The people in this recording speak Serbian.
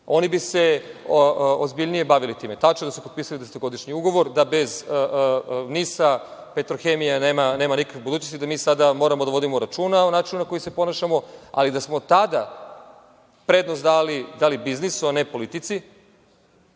oni bi se ozbiljnije bavili time. Tačno je da su potpisali desetogodišnji ugovor da bez NIS-a „Petrohemija“ nema nikakvu budućnost, da mi sada moramo da vodimo računa o načinu na koji se ponašamo. Da smo tada prednost dali biznisu, a ne politici,